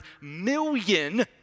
million